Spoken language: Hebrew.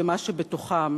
במה שבתוכם.